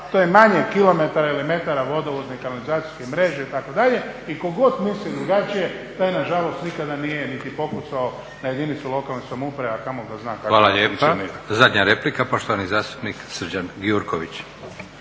to je manje kilometara ili metara vodovodne i kanalizacijske mreže itd. I ko god misli drugačije taj nažalost nikada nije niti pokucao na jedinicu lokalne samouprave a kamoli da zna kako ona funkcionira.